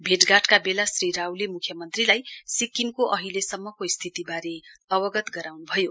भेटघाटका बेला श्री रावले मुख्यमन्त्रीलाई सिक्कमको अहिलेसम्मको स्थितिबारे अवगत गराउनुभयो